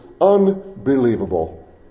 unbelievable